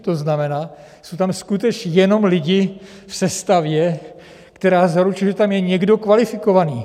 To znamená, jsou tam skutečně jenom lidi v sestavě, která zaručuje, že tam je někdo kvalifikovaný.